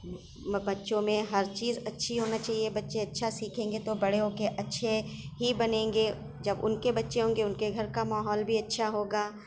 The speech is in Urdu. بچوں میں ہر چیز اچھی ہونا چاہیے بچے اچھا سیکھیں گے تو بڑے ہو کے اچھے ہی بنیں گے جب ان کے بچے ہوں گے ان کے گھر کا ماحول بھی اچھا ہوگا